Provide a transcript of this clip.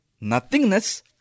nothingness